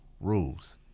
rules